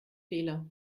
fehler